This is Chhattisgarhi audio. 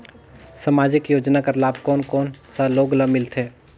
समाजिक योजना कर लाभ कोन कोन सा लोग ला मिलथे?